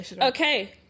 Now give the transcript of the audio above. Okay